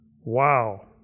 Wow